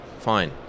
fine